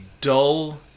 dull